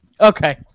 Okay